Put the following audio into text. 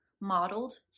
modeled